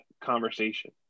conversation